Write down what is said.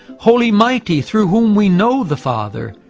holy mighty, through whom we know the father,